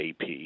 AP